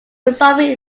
resolving